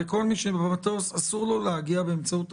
וכל מי שבמטוס, אסור לו להגיע הביתה